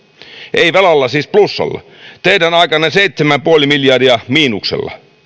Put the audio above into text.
ei velalla vaan siis plussalla teidän aikananne seitsemän pilkku viisi miljardia miinuksella